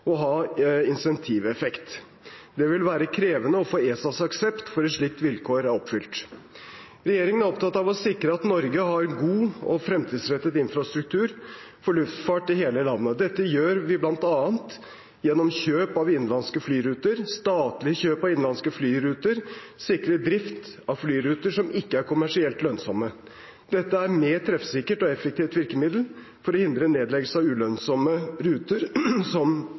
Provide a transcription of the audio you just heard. og ha insentiveffekt. Det vil være krevende å få ESAs aksept for at slike vilkår er oppfylt. Regjeringen er opptatt av å sikre at Norge har en god og fremtidsrettet infrastruktur for luftfart i hele landet. Dette gjør vi bl.a. gjennom kjøp av innenlands flyruter. Statlig kjøp av innenlands flyruter sikrer drift av flyruter som ikke er kommersielt lønnsomme. Dette er et mer treffsikkert og effektivt virkemiddel for å hindre nedleggelse av ulønnsomme ruter